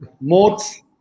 Modes